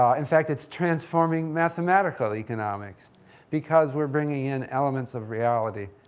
ah in fact, it's transforming mathematical economics because we're bringing in elements of reality.